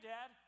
Dad